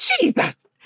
Jesus